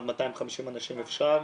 עד 250 אנשים אפשר,